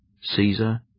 Caesar